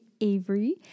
Avery